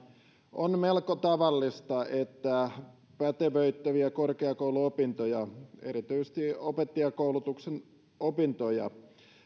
on melko tavallista että pätevöittäviä korkeakouluopintoja erityisesti opettajakoulutuksen opintoja